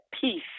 peace